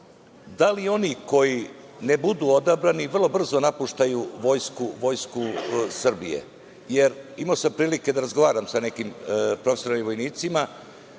da li oni koji ne budu odabrani vrlo brzo napuštaju Vojsku Srbije? Jer, imao sam prilike da razgovaram sa nekim profesionalnim vojnicima